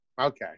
Okay